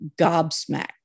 gobsmacked